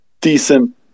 decent